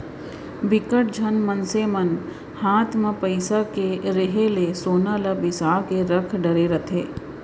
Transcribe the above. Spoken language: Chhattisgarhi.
बिकट झन मनसे मन हात म पइसा के रेहे ले सोना ल बिसा के रख डरे रहिथे